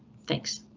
thanks.